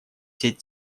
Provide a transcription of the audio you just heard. сеть